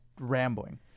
Rambling